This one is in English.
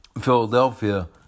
Philadelphia